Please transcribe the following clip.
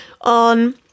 on